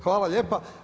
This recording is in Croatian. Hvala lijepa.